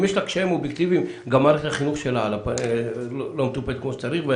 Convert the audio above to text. אם יש לה קשיים אובייקטיביים גם מערכת החינוך שלה לא מטופלת כמו שצריך.